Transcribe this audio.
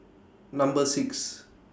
Number six